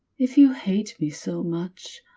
if you hate me so much,